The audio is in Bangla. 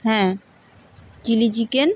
হ্যাঁ চিলি চিকেন